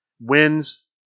wins